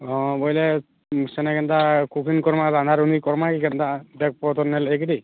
ହଁ ବଇଲେ ସେନେ କେନ୍ତା କୁକିଂ କରମା ରାନ୍ଧାରୁନ୍ଧି କରମା କି କେନ୍ତା ବ୍ୟାଗ୍ ପତର୍ ନେଲେ ଯାଇକିରି